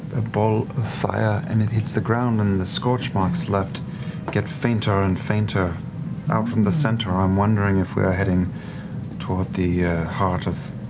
a ball of fire and it hits the ground, and the scorch marks left get fainter and fainter out from the center. i'm wondering if we're heading toward the heart of